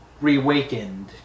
reawakened